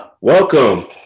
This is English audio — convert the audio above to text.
welcome